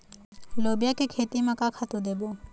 लोबिया के खेती म का खातू देबो?